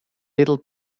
little